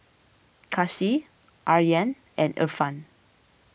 Kasih Aryan and Irfan